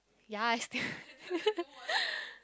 ya I